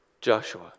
Joshua